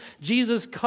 Jesus